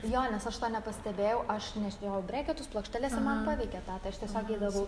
jo nes aš to nepastebėjau aš nešiojau breketus plokšteles ir man paveikė tą tai aš tiesiog eidavau